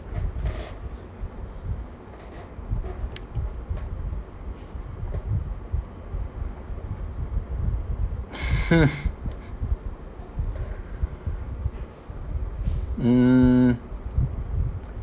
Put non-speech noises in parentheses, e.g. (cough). (laughs) mm